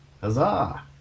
Huzzah